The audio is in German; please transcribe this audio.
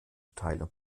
teile